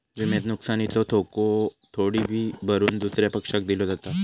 विम्यात नुकसानीचो धोको थोडी फी भरून दुसऱ्या पक्षाक दिलो जाता